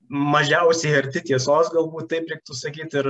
mažiausiai arti tiesos galbūt taip reiktų sakyt ir